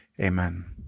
Amen